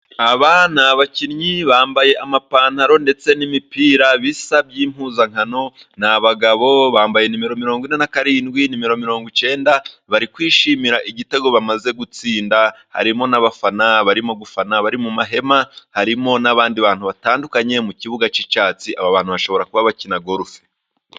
Aba ni abakinnyi bambaye amapantaro ndetse n'imipira bisa by'impuzankano ,ni abagabo bambaye nimero mirongo ine na karindwi, nimero mirongo icyenda bari kwishimira igitego bamaze gutsinda, harimo n'abafana barimo gufana, bari mu mahema harimo n'abandi bantu batandukanye mu kibuga cy'icyatsi ,aba bantu bashobora kuba bakina golufe.